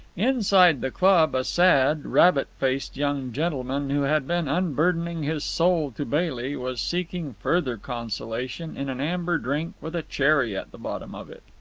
inside the club a sad, rabbit-faced young gentleman, who had been unburdening his soul to bailey, was seeking further consolation in an amber drink with a cherry at the bottom of it.